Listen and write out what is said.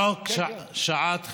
חוק שעת חירום.